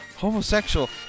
Homosexual